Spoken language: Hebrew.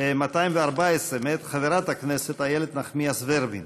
214 מאת חברת הכנסת איילת נחמיאס ורבין